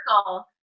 circle